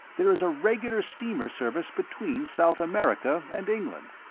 there is a regular steamer service between south america and england.